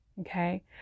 Okay